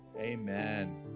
Amen